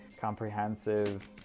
comprehensive